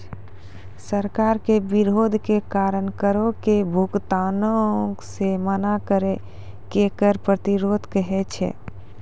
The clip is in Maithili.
सरकार के विरोध के कारण करो के भुगतानो से मना करै के कर प्रतिरोध कहै छै